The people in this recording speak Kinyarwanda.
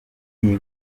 iyi